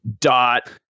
dot